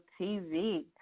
TV